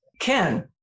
ken